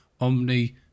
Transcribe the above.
Omni